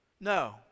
No